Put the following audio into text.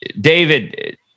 David